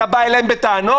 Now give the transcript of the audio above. אתה בא אליהם בטענות?